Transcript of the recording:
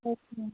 okay